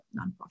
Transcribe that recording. nonprofit